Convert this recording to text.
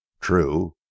true